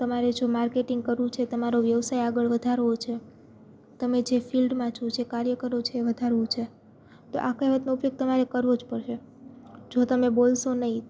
તમારે જો માર્કેટિંગ કરવું છે તમારો વ્યવસાય આગળ વધારવો છે તમે જે ફિલ્ડમાં છો જે કાર્ય કરો છો એ વધારવું છે તો આ કહેવતનો ઉપયોગ તમારે કરવો જ પડશે જો તમે બોલશો નહીં